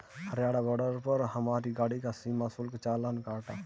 Haryana border पर हमारी गाड़ी का सीमा शुल्क चालान कटा